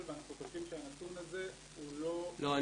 ואנחנו חושבים שהנתון הזה הוא לא --- לא,